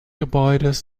gebäudes